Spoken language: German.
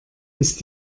ist